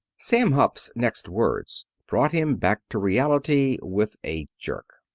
sam hupp's next words brought him back to reality with a jerk.